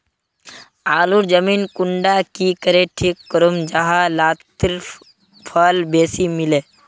आलूर जमीन कुंडा की करे ठीक करूम जाहा लात्तिर फल बेसी मिले?